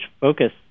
focus